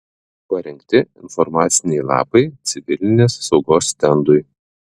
parengti informaciniai lapai civilinės saugos stendui